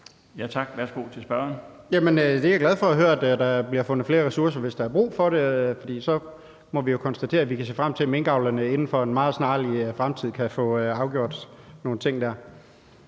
Kl. 15:48 Kristian Bøgsted (DD): Det er jeg glad for at høre, altså at der bliver fundet flere ressourcer, hvis der er brug for det. For så må vi jo konstatere, at vi kan se frem til, at minkavlerne inden for en meget nær fremtid kan få afgjort nogle ting der.